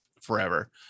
forever